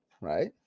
Right